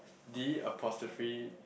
D apostrophe